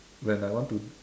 when I want to